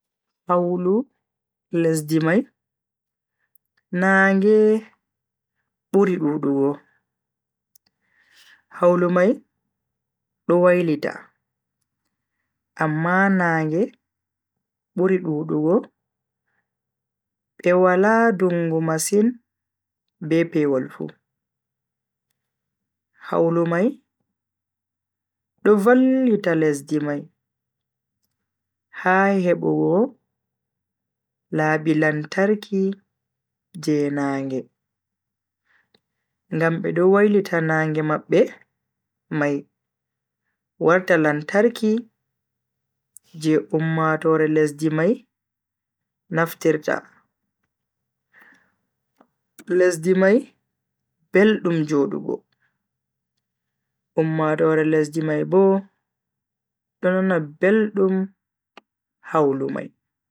Hawlu lesdi mai naage buri dudugo. hawlu mai do wailita amma nage buri dudugo be Wala dungu masin be pewol fu. hawlu mai do vallita lesdi mai ha hebugo laabi lantarki je nage ngam bedo wailita nage mabbe mai warta lantarki je ummatoore lesdi mai nafftirta. lesdi mai beldum jodugo ummatoore lesdi mai Bo do nana beldum hawlu mai.